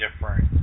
different